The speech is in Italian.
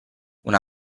una